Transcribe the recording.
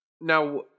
now